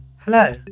Hello